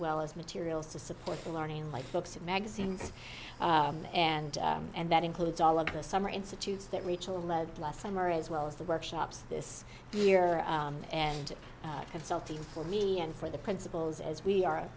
well as materials to support the learning like books and magazines and and that includes all of the summer institutes that rachel led last summer as well as the workshops this year and consulting for me and for the principals as we are